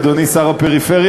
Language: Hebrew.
אדוני שר הפריפריה?